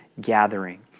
gathering